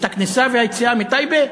את הכניסה והיציאה מטייבה?